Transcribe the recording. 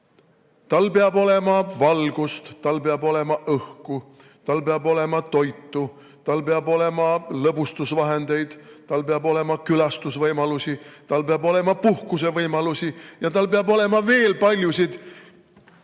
Tal peab olema valgust, tal peab olema õhku, tal peab olema toitu, tal peab olema lõbustusvahendeid, tal peab olema külastusvõimalusi, tal peab olema puhkusevõimalusi ja tal peab olema veel paljusid